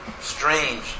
strange